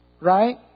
Right